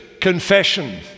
confession